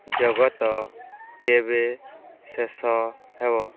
ଜଗତ କେବେ ଶେଷ ହେବ